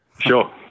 Sure